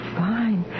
fine